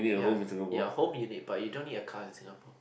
ya ya whole minutes but you don't need a car in Singapore